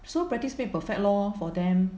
so practice make perfect lor for them